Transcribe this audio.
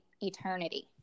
eternity